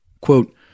quote